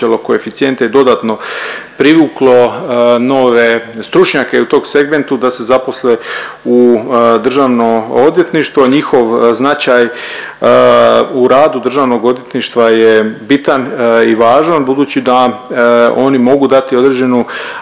koeficijente i dodatno privuklo nove stručnjake u tom segmentu da se zaposle u državno odvjetništvo. Njihov značaj u radu državnog odvjetništva je bitan i važan budući da oni mogu dati određenu